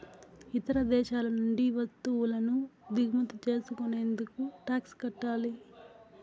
ఇతర దేశాల నుండి వత్తువులను దిగుమతి చేసుకునేటప్పుడు టాక్స్ కట్టాలి